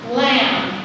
lamb